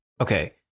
Okay